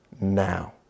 now